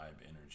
energy